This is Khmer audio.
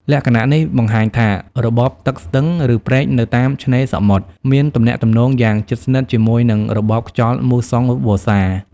លក្ខណៈនេះបង្ហាញថា របបទឹកស្ទឹង ឬព្រែកនៅតាមឆ្នេរសមុទ្រមានទំនាក់ទំនងយ៉ាងជិតស្និទ្ធជាមួយនឹងរបបខ្យល់មូសុងវស្សា។